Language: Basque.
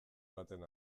baten